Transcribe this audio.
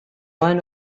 one